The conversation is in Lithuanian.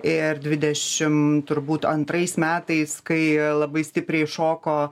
ir dvidešim turbūt antrais metais kai labai stipriai šoko